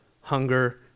hunger